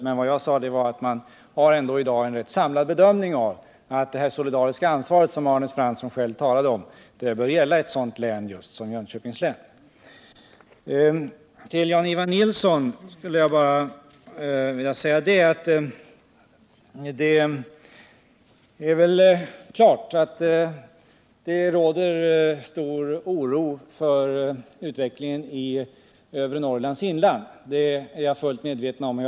Men såsom jag framhöll har man i dag en rätt samlad bedömning av att det solidariska ansvar som Arne Fransson talade om bör gälla just ett sådant län som Jönköpings län. Till Jan-Ivan Nilsson vill jag säga att det givetvis råder stor oro för 3 utvecklingen i övre Norrlands inland och att jag är medveten om detta.